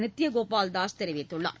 நிருத்திய கோபால் தாஸ் தெரிவித்துள்ளார்